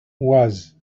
was